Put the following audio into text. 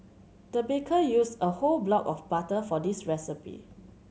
the baker used a whole block of butter for this recipe